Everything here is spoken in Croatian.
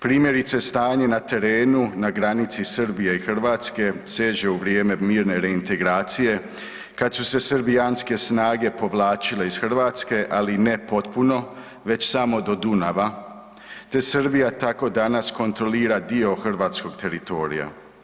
Primjerice, stanje na terenu na granici Srbije i Hrvatske seže u vrijeme mirne reintegracije kad su se srbijanske snage povlačile iz Hrvatske, ali ne potpuno već samo do Dunava te Srbija tako danas kontrolira dio hrvatskog teritorija.